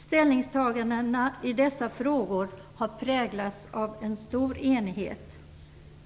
Ställningstagandena i dessa frågor har präglats av stor enighet.